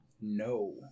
No